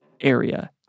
area